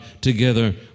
together